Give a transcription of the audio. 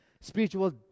spiritual